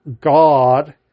God